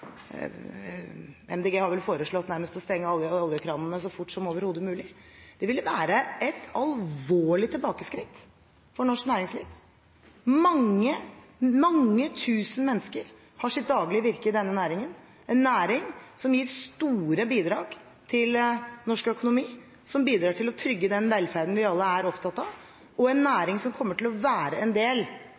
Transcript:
har vel Miljøpartiet De Grønne foreslått nærmest å stenge alle oljekranene så fort som overhodet mulig. Det ville være et alvorlig tilbakeskritt for norsk næringsliv. Mange tusen mennesker har sitt daglige virke i denne næringen, en næring som gir store bidrag til norsk økonomi, som bidrar til å trygge den velferden vi alle er opptatt av, og en næring som kommer til å være en del